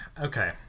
okay